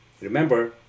remember